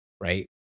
right